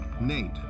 Nate